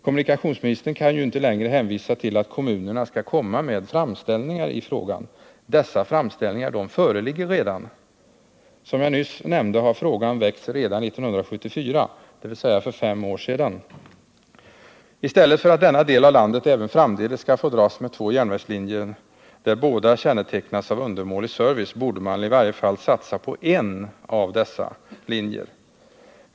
Kommunikationsministern kan ju inte hänvisa till att kommunerna skall komma med framställningar i ärendet. Framställningarna föreligger redan. Som jag nyss nämnde har frågan väckts redan 1974, dvs. för fem år sedan. I stället för att denna del av landet även framdeles skall få dras med två järnvägslinjer, som båda kännetecknas av undermålig service, borde man i varje fall satsa på en av dessa linjer.